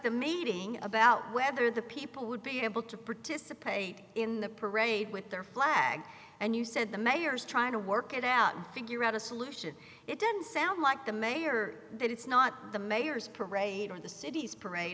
a meeting about whether the people would be able to participate in the parade with their flag and you said the mayor is trying to work it out figure out a solution it doesn't sound like the mayor it's not the mayor's parade or the city's parade